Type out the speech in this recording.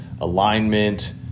alignment